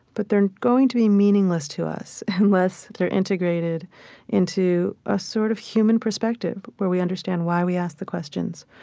but they're and going to be meaningless to us unless they're integrated into a sort of human perspective where we understand why we ask the questions,